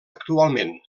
actualment